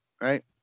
right